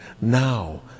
Now